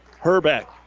Herbeck